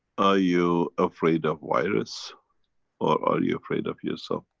ah you afraid of virus? or are you afraid of yourself?